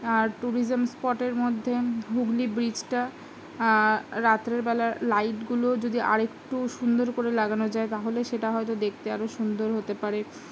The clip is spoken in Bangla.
আর ট্যুরিজম স্পটের মধ্যে হুগলি ব্রিজটা রাত্রেরবেলা লাইটগুলো যদি আরেকটু সুন্দর করে লাগানো যায় তাহলে সেটা হয়তো দেখতে আরও সুন্দর হতে পারে